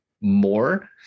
more